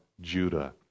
Judah